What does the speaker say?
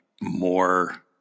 more